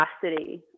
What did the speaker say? capacity